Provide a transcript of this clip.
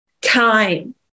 time